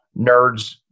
nerds